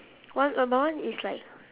one but my one is like